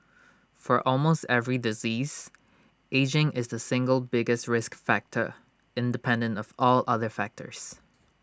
for almost every disease ageing is the single biggest risk factor independent of all other factors